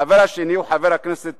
החבר השני הוא חבר הכנסת